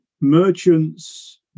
merchants